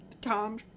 Tom